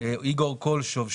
איגור קולשוב,